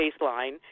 baseline